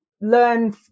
learn